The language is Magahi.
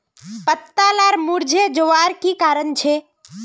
पत्ता लार मुरझे जवार की कारण छे?